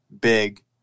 big